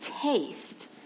taste